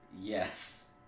Yes